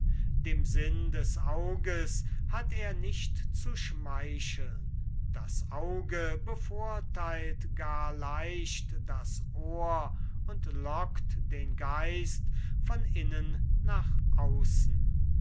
dem sinne des auges hat er nicht zu schmeicheln das auge bevorteilt gar leicht das ohr und lockt den geist von innen nach außen